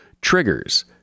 Triggers